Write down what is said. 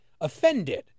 offended